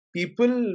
People